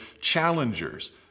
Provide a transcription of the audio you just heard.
challengers